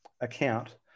account